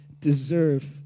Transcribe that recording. deserve